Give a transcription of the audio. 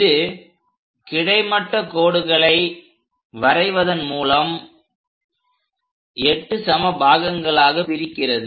இது கிடைமட்ட கோடுகளை வரைவதன் மூலம் 8 சம பாகங்களாக பிரிக்கிறது